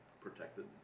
protected